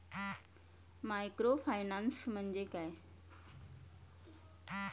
Microfinance म्हणजे काय?